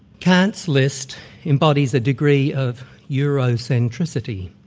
kant's list embodies a degree of eurocentricity,